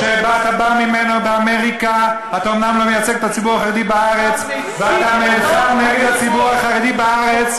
אתה אמרת שהוא חופר מנהרות נגד יהודים?